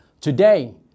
Today